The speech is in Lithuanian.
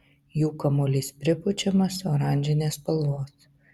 jų kamuolys pripučiamas oranžinės spalvos